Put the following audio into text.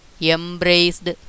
embraced